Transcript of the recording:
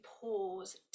pause